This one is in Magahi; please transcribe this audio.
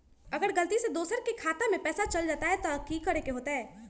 अगर गलती से दोसर के खाता में पैसा चल जताय त की करे के होतय?